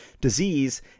disease